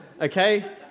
okay